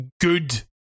good